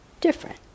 different